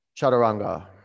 chaturanga